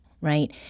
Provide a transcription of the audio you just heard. right